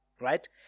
Right